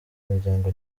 umuryango